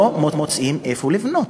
לא מוצאים איפה לבנות.